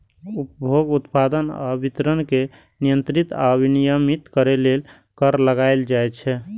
उपभोग, उत्पादन आ वितरण कें नियंत्रित आ विनियमित करै लेल कर लगाएल जाइ छै